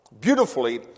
Beautifully